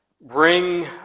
bring